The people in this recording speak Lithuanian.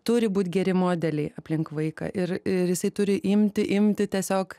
turi būt geri modeliai aplink vaiką ir ir jisai turi imti imti tiesiog